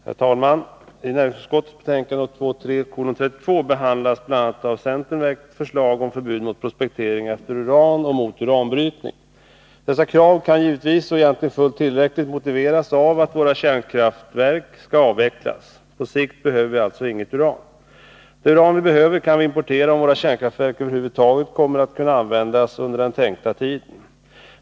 Herr talman! I näringsutskottets betänkande 1982/83:32 behandlas bl.a. av centern väckt förslag om förbud mot prospektering efter uran och mot uranbrytning. Dessa krav kan givetvis — och egentligen fullt tillräckligt — motiveras av att våra kärnkraftverk skall avvecklas. På sikt behöver vi alltså inget uran. Det uran vi behöver kan vi importera — om våra kärnkraftverk över huvud taget kommer att kunna användas under den tänkta tiden.